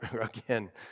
again